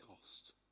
cost